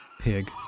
pig